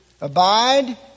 Abide